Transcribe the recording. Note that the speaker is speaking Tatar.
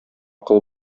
кол